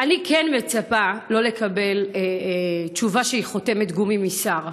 אני מצפה שלא לקבל תשובה שהיא חותמת גומי משר.